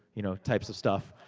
you know, types of stuff.